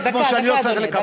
כמו שאני לא צריך לקבל,